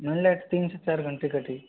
main light तीन से चार घंटे कटी